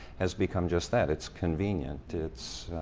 has become just that. it's convenient. it's